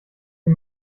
wie